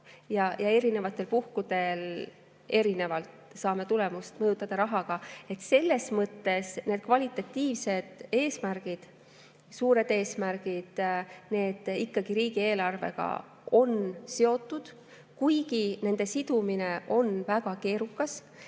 erinevatel puhkudel erinevalt saame tulemust mõjutada rahaga. Selles mõttes need kvalitatiivsed eesmärgid, suured eesmärgid, need on ikkagi riigieelarvega seotud, kuigi nende sidumine on väga keerukas